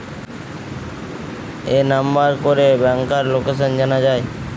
এই নাম্বার করে ব্যাংকার লোকাসান জানা যায়